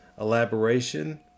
elaboration